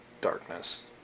darkness